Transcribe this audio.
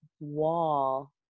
wall